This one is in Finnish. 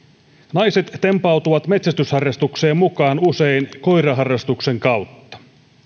naiset tempautuvat metsästysharrastukseen mukaan usein koiraharrastuksen kautta